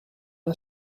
and